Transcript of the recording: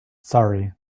sorry